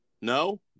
no